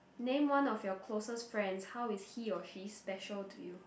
name one of your closest friends how is he or she special to you